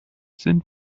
sind